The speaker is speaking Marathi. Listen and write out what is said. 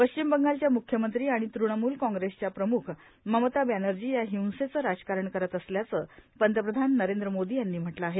पश्चिम बंगालच्या म्ख्यमंत्री आणि तृणम्ल कांग्रेसच्या प्रम्ख ममता बॅनर्जी या हिंसेचं राजकारण करत असल्याचं पंतप्रधान नरेंद्र मोदी यांनी म्हटलं आहे